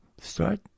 start